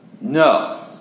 No